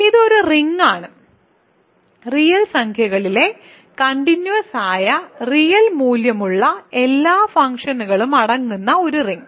ഇത് ഒരു റിംഗ് ആണ് റിയൽ സംഖ്യകളിലെ കണ്ടിന്യൂസ് ആയ റിയൽ മൂല്യമുള്ള എല്ലാ ഫങ്ക്ഷനുകളും അടങ്ങുന്ന ഒരു റിങ്